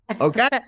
Okay